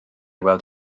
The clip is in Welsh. weld